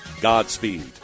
Godspeed